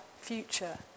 future